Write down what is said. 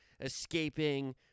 escaping